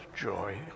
joy